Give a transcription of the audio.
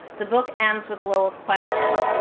the book ends with lowell's question,